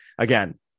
Again